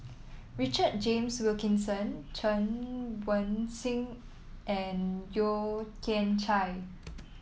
Richard James Wilkinson Chen Wen Hsi and Yeo Kian Chye